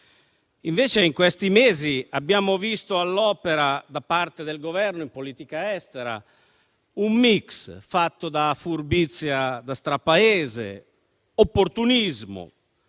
Invece, in questi mesi abbiamo visto all'opera, da parte del Governo in politica estera, un *mix* fatto da furbizia da strapaese, da opportunismo,